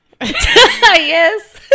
Yes